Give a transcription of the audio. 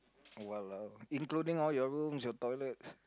!walao! including all your rooms all your toilets